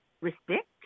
respect